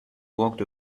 walked